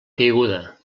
caiguda